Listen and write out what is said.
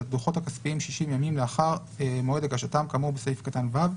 את הדוחות הכספיים 60 ימים לאחר מועד הגשתם כאמור בסעיף קטן (ו),